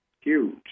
Huge